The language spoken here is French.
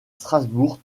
strasbourg